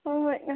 ꯍꯣꯏ ꯍꯣꯏ